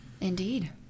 Indeed